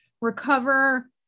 recover